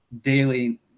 daily